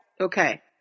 Okay